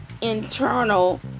internal